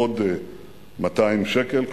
עוד 200 שקל,